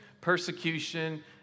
persecution